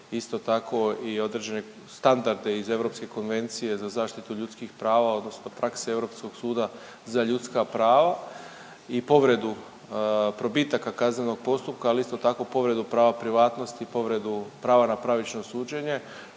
isto tako i određeni standarde iz europske Konvencije za zaštitu ljudskih prava odnosno prakse Europskog suda za ljudska prava i povredu probitaka kaznenog postupka ali isto tako povredu prava privatnosti, povredu prava na pravično suđenje,